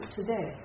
today